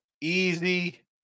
easy